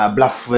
Bluff